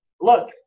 Look